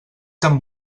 tan